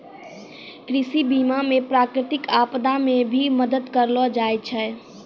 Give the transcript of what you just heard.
कृषि बीमा मे प्रकृतिक आपदा मे भी मदद करलो जाय छै